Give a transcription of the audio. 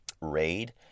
raid